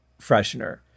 freshener